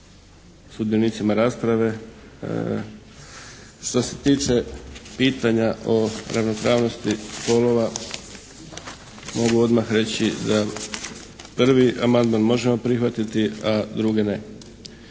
sudionicima rasprave. Što se tiče pitanja o ravnopravnosti spolova mogu odmah reći da prvi amandman možemo prihvatiti a drugi ne.